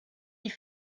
die